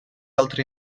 altri